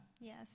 Yes